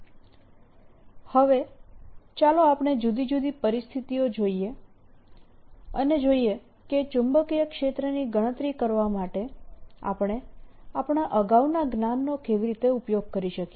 B0 HJfree B0HM B04πdVJ r×r rr r3 હવે ચાલો આપણે જુદી જુદી પરિસ્થિતિઓ જોઈએ અને જોઈએ કે ચુંબકીય ક્ષેત્રની ગણતરી કરવા માટે આપણે આપણા અગાઉના જ્ઞાનનો કેવી રીતે ઉપયોગ કરી શકીએ